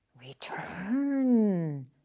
Return